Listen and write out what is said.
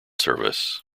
service